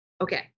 Okay